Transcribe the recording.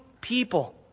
people